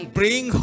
bring